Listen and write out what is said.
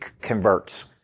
converts